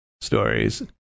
stories